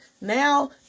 now